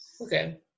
Okay